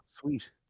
Sweet